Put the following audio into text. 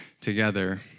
together